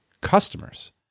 customers